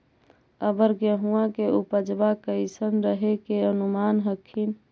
अबर गेहुमा के उपजबा कैसन रहे के अनुमान हखिन?